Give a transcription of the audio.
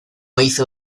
hizo